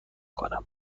کنم